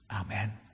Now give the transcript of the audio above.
Amen